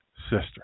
sister